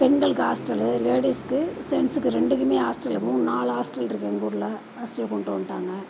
பெண்களுக்கு ஹாஸ்டலு லேடிஸ்க்கு சென்ஸுக்கு ரெண்டுக்கும் ஹாஸ்டலு மூணு நாலு ஹாஸ்டல் இருக்குது எங்கள் ஊரில் ஹாஸ்டல் கொண்டு வந்துட்டாங்க